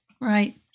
Right